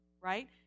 right